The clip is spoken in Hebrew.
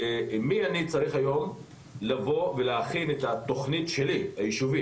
היא עם מי אני צריך היום להכין את התוכנית היישובית שלי?